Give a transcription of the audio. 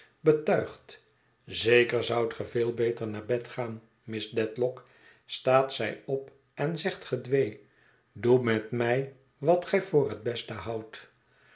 betuigt zeker zoudt ge veel beter naar bed gaan miss dedlock staat zij op en zegt gedwee doe met m'tj wat gij voor het beste houdt